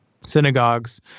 synagogues